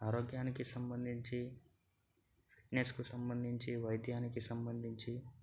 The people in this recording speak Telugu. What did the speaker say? ఆరోగ్యానికి సంబంధించి ఫిట్నెస్కు సంబంధించి వైద్యానికి సంబంధించి